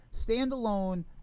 Standalone